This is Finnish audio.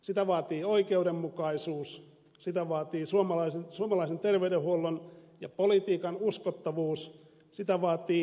sitä vaatii oikeudenmukaisuus sitä vaatii suomalaisen terveydenhuollon ja politiikan uskottavuus sitä vaatii inhimillisyys